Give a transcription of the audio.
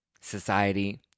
society